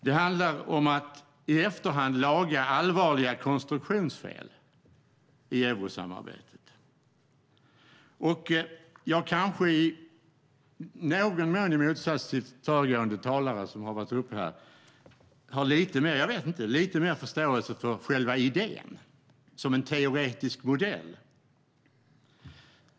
Det handlar om att i efterhand laga allvarliga konstruktionsfel i eurosamarbetet. Jag kanske i någon mån, i motsats till föregående talare, har lite mer förståelse för själva idén som en teoretisk modell.